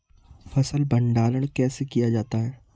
फ़सल भंडारण कैसे किया जाता है?